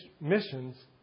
missions